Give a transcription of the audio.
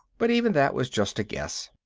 but even that was just a guess.